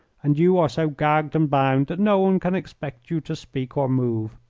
and you are so gagged and bound that no one can expect you to speak or move.